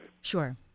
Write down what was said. Sure